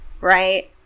right